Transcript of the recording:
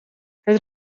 het